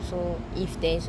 so if there's